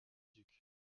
duc